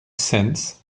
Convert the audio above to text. sense